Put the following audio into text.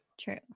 True